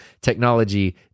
technology